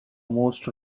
most